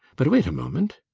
but wait a moment!